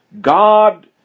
God